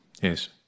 Yes